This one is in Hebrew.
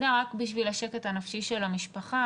רק בשביל השקט הנפשי של המשפחה,